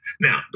Now